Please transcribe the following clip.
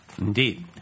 Indeed